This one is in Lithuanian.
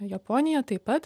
japonija taip pat